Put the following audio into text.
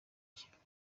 kibaho